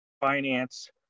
finance